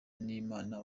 n’imana